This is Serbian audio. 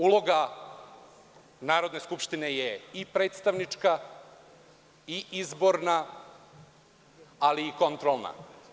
Uloga Narodne skupštine je i predstavnička i izborna, ali i kontrolna.